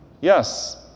Yes